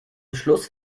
schluss